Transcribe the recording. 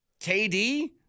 KD